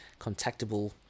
contactable